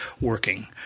working